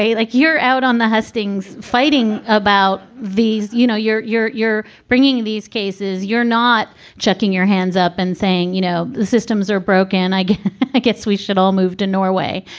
like you're out on the hustings fighting about these. you know, you're you're you're bringing these cases. you're not checking your hands up and saying, you know, the systems are broken. i i guess we should all move to norway.